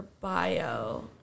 bio